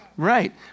Right